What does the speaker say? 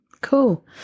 Cool